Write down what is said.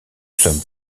sommes